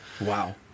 Wow